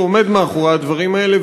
שעומד מאחורי הדברים האלה,